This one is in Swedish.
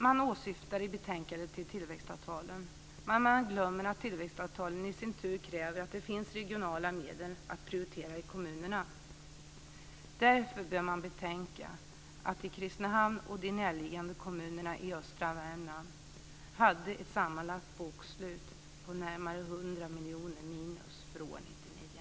Man åsyftar i betänkandet tillväxtavtalen, men glömmer att tillväxtavtal i sin tur kräver att det finns regionala medel att prioritera i kommunerna. Därför bör man betänka att Kristinehamn och de närliggande kommunerna i östra Värmland i det sammanlagda bokslutet hade ett minus på närmare